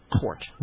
Court